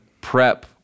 prep